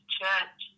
church